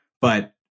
But-